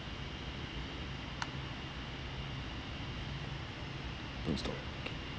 don't stop okay